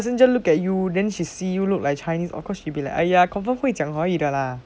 the passenger look at you then she see you look like chinese of course she'll be like !aiya! confirm 会讲华语的啦